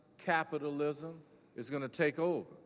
capitalism is gonna take over,